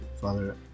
Father